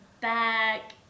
back